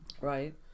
right